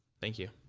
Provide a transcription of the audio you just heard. thank you